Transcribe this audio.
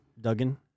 Duggan